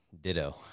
Ditto